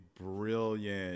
brilliant